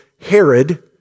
Herod